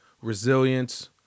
resilience